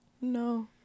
no